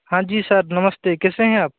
हाँ जी सर नमस्ते कैसे हैं आप